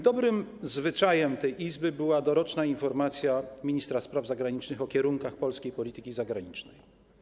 Dobrym zwyczajem tej Izby była doroczna informacja ministra spraw zagranicznych o kierunkach polskiej polityki zagranicznej.